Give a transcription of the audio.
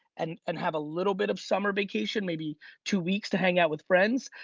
and and have a little bit of summer vacation, maybe two weeks to hang out with friends.